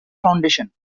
foundation